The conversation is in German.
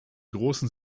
großen